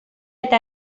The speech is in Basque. eta